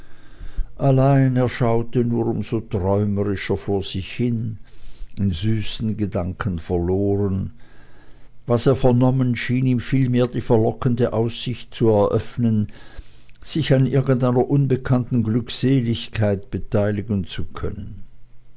aber er schaute nur um so träumerischer vor sich hin in süßen gedanken verloren was er vernommen schien ihm vielmehr die verlockende aussicht zu eröffnen sich an irgendeiner unbekannten glückseligkeit beteiligen zu können